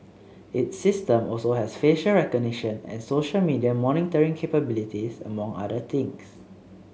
its system also has facial recognition and social media monitoring capabilities among other things